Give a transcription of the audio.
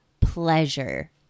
pleasure